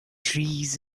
trees